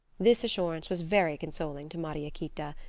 this assurance was very consoling to mariequita.